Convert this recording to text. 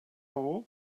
all